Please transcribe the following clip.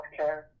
healthcare